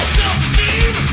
self-esteem